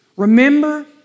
Remember